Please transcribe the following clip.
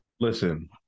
Listen